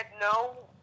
no